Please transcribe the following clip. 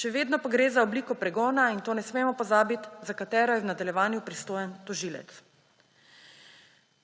Še vedno pa gre za obliko pregona – in to ne smemo pozabiti – za katero je v nadaljevanju pristojen tožilec.